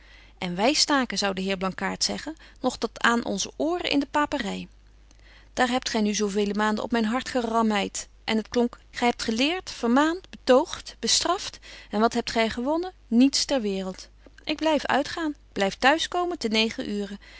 en wy staken zou de heer blankaart zeggen nog tot aan onze ooren in de papery daar hebt gy nu zo vele maanden op myn hart gerammeit dat het klonk gy hebt geleert vermaant betoogt bestraft en wat hebt gy gewonnen niets ter waereld ik blyf uitgaan ik blyf t'huis komen ten negen uuren